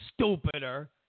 stupider